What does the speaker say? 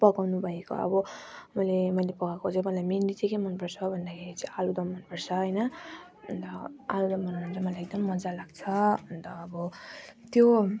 पकाउनु भएको अब मैले मैले पकाएको अब मेनली चाहिँ के के मन पर्छ भन्दाखेरि चाहिँ आलुदम मन पर्छ होइन अन्त आलुदम बनाउन चाहिँ मलाई एकदम मजा लाग्छ अन्त अब त्यो